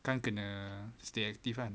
kan kena stay active kan